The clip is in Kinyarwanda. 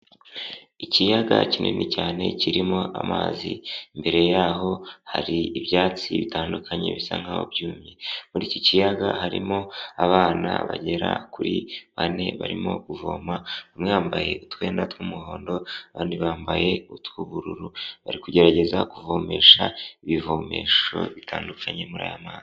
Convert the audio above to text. Ikiyaga kinini cyane kirimo amazi, imbere yaho hari ibyatsi bitandukanye bisa nkaho byumye, muri iki kiyaga harimo abana bagera kuri bane barimo kuvoma, umwe yambaye utwenda tw'umuhondo, abandi bambaye utw'ubururu, bari kugerageza kuvomesha ibivomesho bitandukanye muri aya mazi.